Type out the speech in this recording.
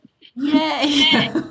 Yay